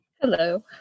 Hello